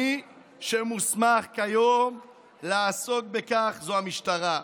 מי שמוסמך כיום לעסוק בכך זה המשטרה,